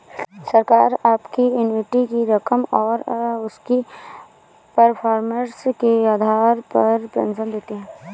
सरकार आपकी एन्युटी की रकम और उसकी परफॉर्मेंस के आधार पर पेंशन देती है